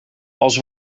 als